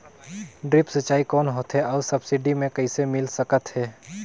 Drip सिंचाई कौन होथे अउ सब्सिडी मे कइसे मिल सकत हे?